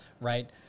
right